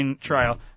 trial